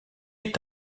est